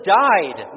died